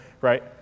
Right